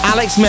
Alex